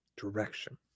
Direction